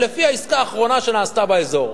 לפי העסקה האחרונה שנעשתה באזור.